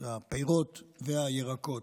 הפירות והירקות.